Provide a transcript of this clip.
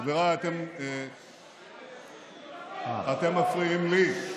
חבריי, אתם מפריעים לי.